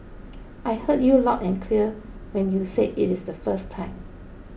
I heard you loud and clear when you said it the first time